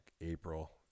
April